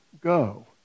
go